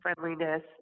friendliness